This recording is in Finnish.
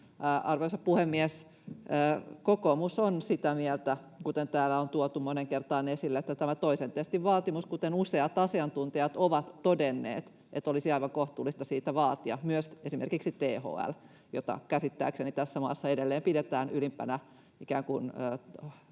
Arvoisa puhemies! Kokoomus on sitä mieltä, kuten täällä on tuotu moneen kertaan esille tämän toisen testin vaatimuksen osalta ja kuten useat asiantuntijat ovat todenneet, että olisi aivan kohtuullista sitä vaatia. Näin on todennut myös esimerkiksi THL, jota käsittääkseni tässä maassa edelleen pidetään ylimpänä